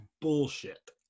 bullshit